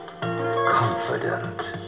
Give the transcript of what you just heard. confident